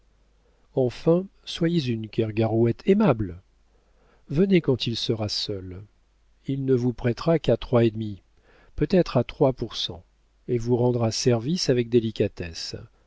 enfin soyez une kergarouët aimable venez quand il sera seul il ne vous prêtera qu'à trois et demi peut-être à trois pour cent et vous rendra service avec délicatesse